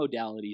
modalities